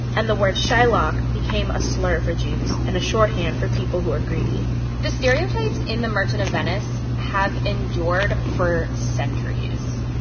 and the word shylock became a slur for jews and a shorthand for people who are greedy the stereotypes in the merchant of venice have endured for centuries.